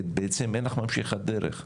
בעצם אין לך ממשיכת דרך.